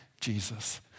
Jesus